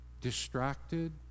distracted